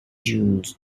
jules